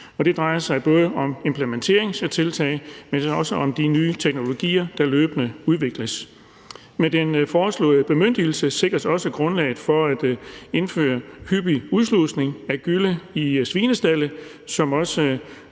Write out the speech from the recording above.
det drejer sig både om implementeringstiltag, men også om de nye teknologier, der løbende udvikles. Med den foreslåede bemyndigelse sikres også grundlaget for at indføre hyppig udslusning af gylle i svinestalde, som også